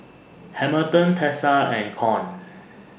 Hamilton Tessa and Con